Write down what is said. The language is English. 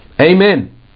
Amen